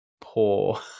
poor